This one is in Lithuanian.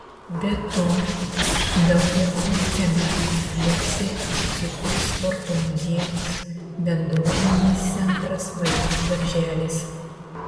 be to daugiafunkciame komplekse įsikurs sporto muziejus bendruomenės centras vaikų darželis